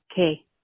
Okay